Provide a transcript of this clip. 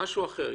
משהו אחר,